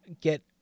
get